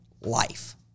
life